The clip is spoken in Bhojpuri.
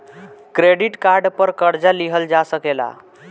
क्रेडिट कार्ड पर कर्जा लिहल जा सकेला